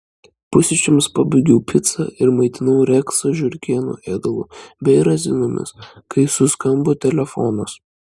pusryčiams pabaigiau picą ir maitinau reksą žiurkėnų ėdalu bei razinomis kai suskambo telefonas